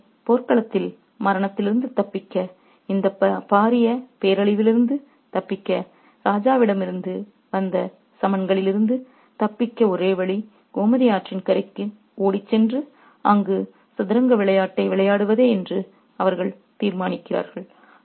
எனவே போர்க்களத்தில் மரணத்திலிருந்து தப்பிக்க இந்தப் பாரிய பேரழிவிலிருந்து தப்பிக்க ராஜாவிடமிருந்து வந்த சம்மன்களில் இருந்து தப்பிக்க ஒரே வழி கோமதி ஆற்றின் கரைக்கு ஓடிச் சென்று அங்கு சதுரங்க விளையாட்டை விளையாடுவதே என்று அவர்கள் தீர்மானிக்கிறார்கள்